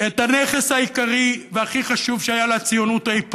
את הנכס העיקרי והכי חשוב שהיה לציונות אי פעם,